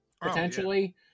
potentially